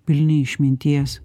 pilni išminties